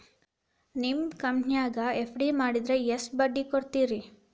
ನಿಮ್ಮ ಕಂಪನ್ಯಾಗ ಎಫ್.ಡಿ ಮಾಡಿದ್ರ ಎಷ್ಟು ಬಡ್ಡಿ ಕೊಡ್ತೇರಿ?